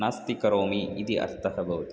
नास्ति करोमि इति अर्थः भवति